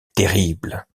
terrible